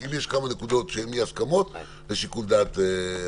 אם יש כמה נקודות שהן אי-הסכמות לשיקול דעת הוועדה.